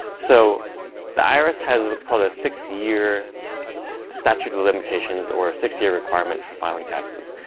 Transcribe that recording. so the irs has what's called a six year statute of limitations or six year requirement for filing taxes.